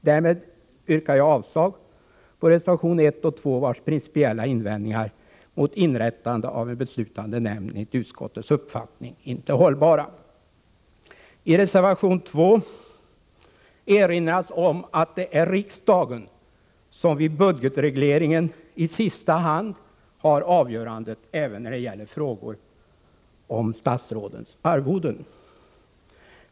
Därmed yrkar jag avslag på reservationerna 1 och 2, vars principiella invändningar mot inrättande av en beslutande nämnd enligt utskottets uppfattning inte är hållbara. I reservation 2 erinras om att det är riksdagen som vid budgetregleringen i sista hand har avgörandet även när det gäller frågor om statsrådens arvoden.